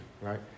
right